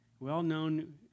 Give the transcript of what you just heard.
well-known